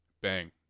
bang